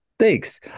Thanks